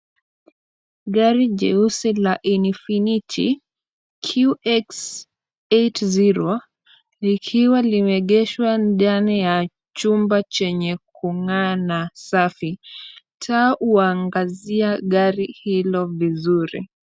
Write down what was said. Gari jeusi la Infinity QX 80 likiwa limeegeshwa ndani ya chumba chenye kung'aa na safi. Taa huangazia gari hilo vizuri.